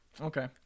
Okay